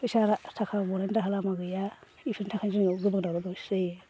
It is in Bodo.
फैसा थाखा गनायनि राहा लामा गैया इफोरनि थाखाय जोङो दावराव दावसि जायो